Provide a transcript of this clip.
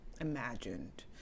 imagined